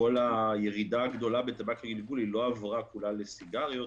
הירידה הגדולה בטבק לגלגול לא עברה כולה לסיגריות,